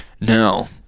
No